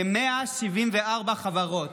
כ-174 חברות,